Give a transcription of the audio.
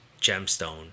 gemstone